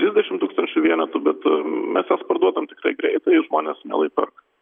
trisdešimt tūkstančių vienetų bet mes jas parduodam tikrai greitai žmonės mielai perka